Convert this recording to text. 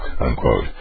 Unquote